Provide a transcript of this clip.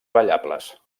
ballables